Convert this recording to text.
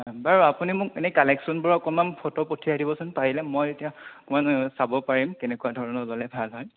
বাৰু আপুনি মোক এনেই কালেকশ্যনবোৰ অকণমান ফটো পঠিয়াই দিবচোন পাৰিলে মই এতিয়া অকণমান চাব পাৰিম কেনেকুৱা ধৰণৰ ল'লে ভাল হয়